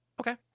Okay